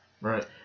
Right